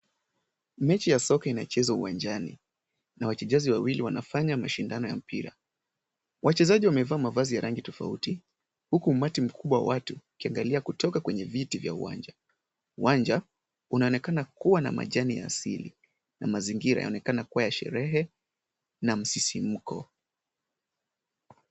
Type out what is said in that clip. Mechi ya soka inachezwa uwanjani na wachezaji wawili wanafanya mashindano ya mpira. Wachezaji wamevaa mavazi ya rangi tofauti huku umati mkubwa wa watu, ukiangalia kutoka kwenye viti vya uwanja. Uwanja unaonekana kuwa na majani ya asili na mazingira yaonekana kuwa ya sherehe na msisimko.